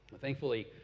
Thankfully